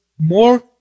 more